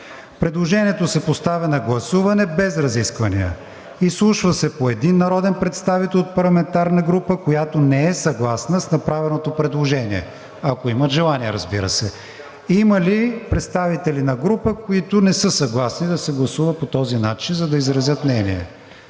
„Предложението се поставя на гласуване без разисквания. Изслушва се по един народен представител от парламентарна група, която не е съгласна с направеното предложение.“ Ако имат желание, разбира се. Има ли представители на група, които не са съгласни да се гласува по този начин, за да изразят мнение?